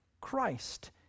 Christ